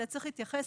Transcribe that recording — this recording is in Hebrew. אלא צריך להתייחס